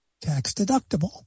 tax-deductible